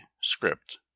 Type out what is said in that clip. script